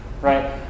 Right